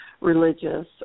religious